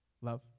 Love